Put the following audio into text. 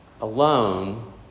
alone